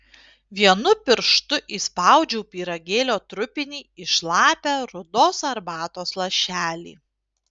vienu pirštu įspaudžiau pyragėlio trupinį į šlapią rudos arbatos lašelį